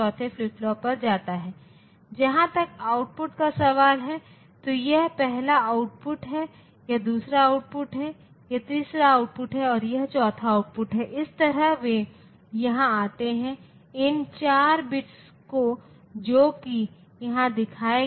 यह XOR gate यह एक बहुत ही महत्वपूर्ण अनुप्रयोग है जब हम इस माइक्रोप्रोसेसर डिजाइन में जा रहे हैं क्योंकि आप देखते हैं कि यह 2 इनपुट ए और बी के बीच तुलना कर सकता है